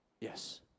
Yes